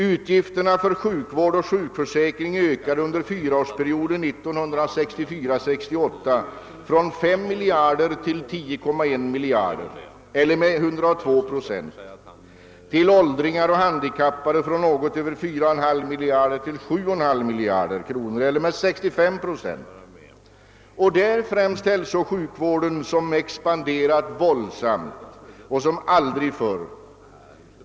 Utgifterna för sjukvård och sjukförsäkring ökade under fyraårsperioden 1964—1968 från 5 miljarder till 10,1 miljarder kronor eller med 102 procent, för åldringar och handikappade från något över 4,5 miljarder till 7,5 miljarder kronor eller med 65 procent. Det är främst hälsooch sjukvården som expanderar våldsammare än någonsin förr.